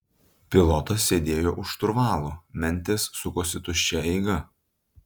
pilotas sėdėjo už šturvalo mentės sukosi tuščia eiga